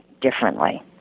differently